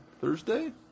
Thursday